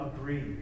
agree